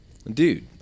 dude